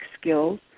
skills